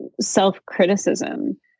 self-criticism